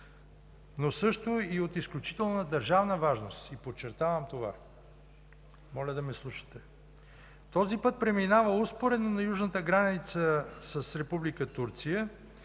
но и от изключителна държавна важност. Подчертавам това! Моля, да ме слушате. Този път преминава успоредно на южната граница с Република